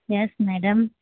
yes madam